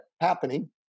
happening